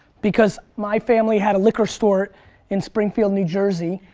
because my family had a liquor store in springfield, new jersey,